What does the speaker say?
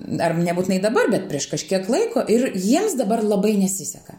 ar nebūtinai dabar bet prieš kažkiek laiko ir jiems dabar labai nesiseka